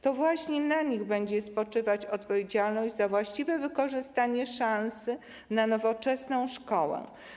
To właśnie na nich będzie spoczywać odpowiedzialność za właściwe wykorzystanie szansy na nowoczesną szkołę.